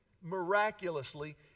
miraculously